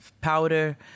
powder